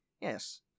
yes